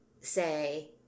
say